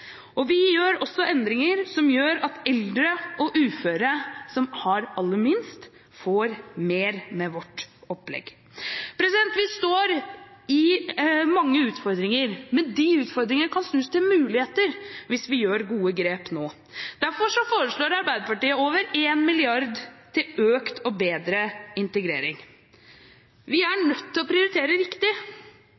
Vi gjør også endringer som gjør at de eldre og uføre som har aller minst, får mer med vårt opplegg. Vi står i mange utfordringer, men de utfordringene kan snus til muligheter hvis vi gjør gode grep nå. Derfor foreslår Arbeiderpartiet over 1 mrd. kr til økt og bedre integrering. Vi er nødt til å prioritere riktig.